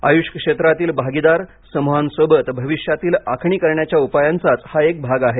आयुष क्षेत्रातील भागीदार समूहांसोबत भविष्यातील आखणी करण्याच्या उपायांचाच हा एक भाग आहे